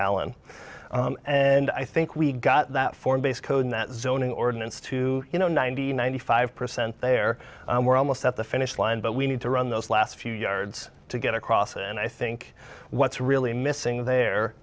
allen and i think we got that form based code that zoning ordinance to you know ninety ninety five percent there we're almost at the finish line but we need to run those last few yards to get across and i think what's really missing there